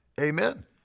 Amen